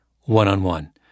one-on-one